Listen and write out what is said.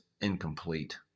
incomplete